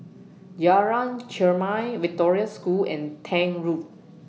Jalan Chermai Victoria School and Tank Road